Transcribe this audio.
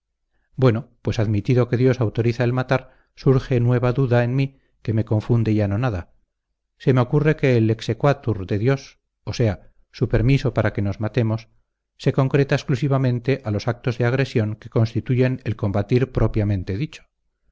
bueno pues admitido que dios autoriza el matar surge nueva duda en mí que me confunde y anonada se me ocurre que el exequatur de dios o sea su permiso para que nos matemos se concreta exclusivamente a los actos de agresión que constituyen el combatir propiamente dicho